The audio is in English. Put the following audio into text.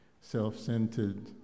self-centered